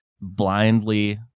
blindly